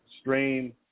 stream